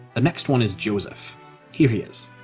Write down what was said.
the next one is josef here he is.